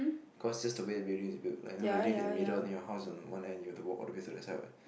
cause this the way building is built like you know you live in the middle then your house is on one end you have to walk all the way to the side